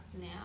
now